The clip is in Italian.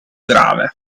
grave